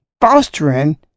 fostering